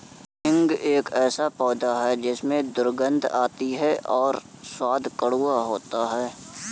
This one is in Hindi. हींग एक ऐसा पौधा है जिसमें दुर्गंध आती है और स्वाद कड़वा होता है